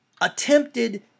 attempted